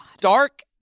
dark